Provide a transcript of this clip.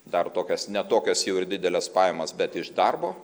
dar tokias ne tokias jau ir dideles pajamas bet iš darbo